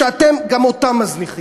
כשאתם גם אותם מזניחים.